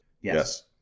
Yes